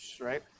right